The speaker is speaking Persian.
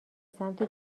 سمت